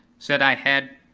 said i had